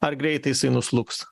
ar greitai jisai nuslūgs